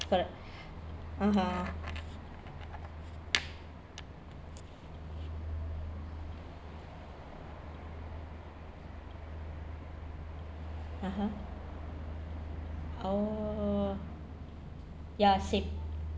correct (uh huh) (uh huh) oh ya same